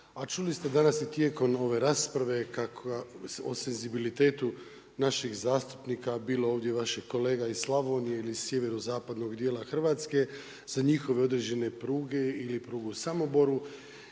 a čuli ste danas i tijekom ove rasprave o senzibilitetu naših zastupnika, bilo vaših kolega iz Slavonije ili sjeverozapadnog dijela Hrvatske za njihove određene pruge ili prugu u Samoboru.